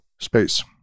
space